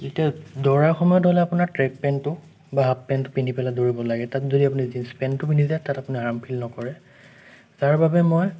এতিয়া দৌৰাৰ সময়ত হ'লে আপোনাৰ ট্ৰেক পেণ্টটো বা হাফ পেণ্টটো পিন্ধি পেলাই দৌৰিব লাগে তাত যদি আপুনি জিঞ্চ পেণ্টটো পিন্ধি যায় তাত আপুনি আৰাম ফিল নকৰে তাৰ বাবে মই